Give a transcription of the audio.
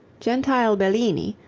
gentile bellini,